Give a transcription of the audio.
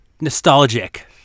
nostalgic